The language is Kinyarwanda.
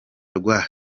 rwa